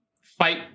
fight